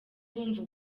bumva